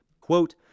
Quote